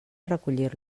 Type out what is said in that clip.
recollir